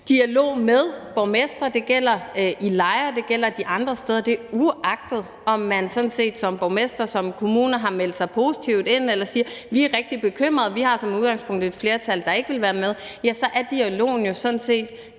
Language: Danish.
dialog med borgmestre – det gælder i Lejre, det gælder de andre steder – uagtet om man sådan set som borgmester, som kommune har meldt positivt ind eller siger, at vi er rigtig bekymrede, og vi har som udgangspunkt et flertal, der ikke vil være med. Ja, så er dialogen jo sådan set